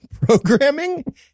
programming